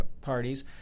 parties